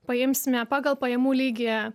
paimsime pagal pajamų lygyje